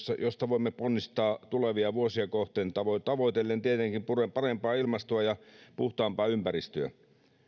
josta voimme ponnistaa tulevia vuosia kohden tavoitellen tietenkin parempaa ilmastoa ja puhtaampaa ympäristöä